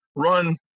run